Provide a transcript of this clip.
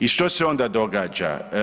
I što se onda događa?